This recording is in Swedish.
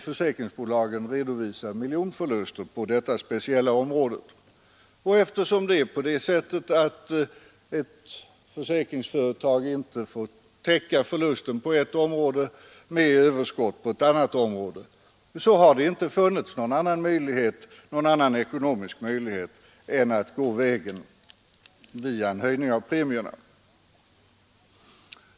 Försäkringsbolagen redovisar miljonförluster på detta speciella område. Eftersom det är på det sättet att ett försäkringsföretag inte får täcka en förlust på ett område med överskott på ett annat område, har det inte funnits någon annan ekonomisk möjlighet än att höja premierna.